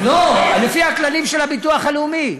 לא, לפי הכללים של הביטוח הלאומי.